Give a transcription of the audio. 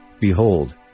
Behold